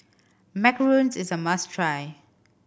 macarons is a must try